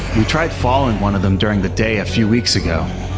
we tried following one of them during the day a few weeks ago.